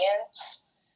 audience